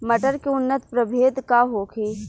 मटर के उन्नत प्रभेद का होखे?